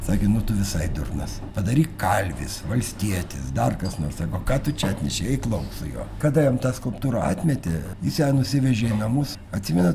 sakė nu tu visai durnas padaryk kalvis valstietis dar kas nors sako ką tu čia išeik lauk su juo kada jam tą skulptūrą atmetė jis ją nusivežė į namus atsimenat